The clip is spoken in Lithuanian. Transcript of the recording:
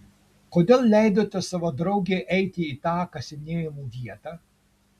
kodėl leidote savo draugei eiti į tą kasinėjimų vietą